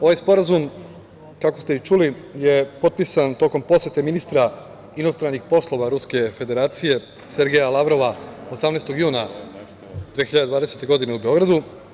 Ovaj sporazum, kako ste i čuli, potpisan je tokom posete ministra inostranih poslova Ruske Federacije Sergeja Lavrova 18. juna 2020. godine u Beogradu.